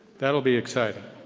that'll be exciting.